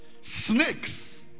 snakes